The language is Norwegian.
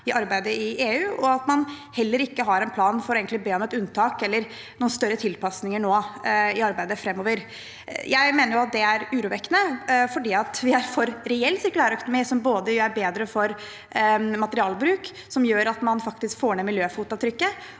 i arbeidet i EU, og at man heller ikke har en plan for å be om et unntak eller noen større tilpasninger i arbeidet framover. Jeg mener at det er urovekkende, for vi er for reell sirkulærøkonomi, som både er bedre for materialbruk, som gjør at man faktisk får ned miljøfotavtrykket,